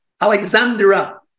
Alexandra